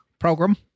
program